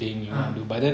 ah